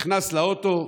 נכנס לאוטו,